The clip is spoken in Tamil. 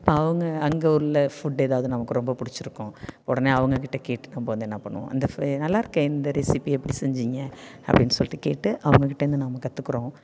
அப்போ அவங்க அங்கே உள்ள ஃபுட் ஏதாவது நமக்கு ரொம்ப பிடிச்சிருக்கும் உடனே அவங்ககிட்ட கேட்டு நம்ம வந்து என்ன பண்ணுவோம் இந்த ஃபே நல்லாயிருக்கே இந்த ரெசிபி எப்படி செஞ்சிங்க அப்படினு சொல்லிடு கேட்டு அவங்கக்கிட்டு இருந்து நாம் கத்துக்கிறோம்